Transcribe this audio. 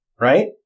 right